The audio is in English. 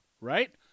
right